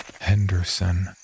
Henderson